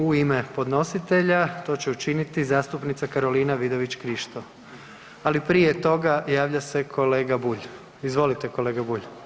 U ime podnositelja to će učiniti zastupnica Karolina Vidović Krišto, ali prije toga javlja se kolega Bulj, izvolite kolega Bulj.